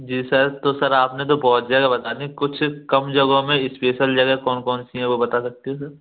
जी sir तो sir आपने तो बहुत जगह बता दी कुछ कम जगहों में स्पेशल जगह कौन कौन सी है वो बता सकते हैं